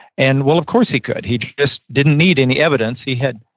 and well of course he could, he just didn't need any evidence he had.